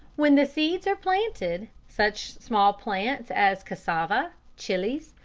when the seeds are planted, such small plants as cassava, chillies,